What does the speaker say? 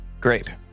Great